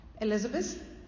Elizabeth